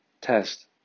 test